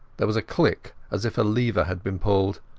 there was a click as if a lever had been pulled.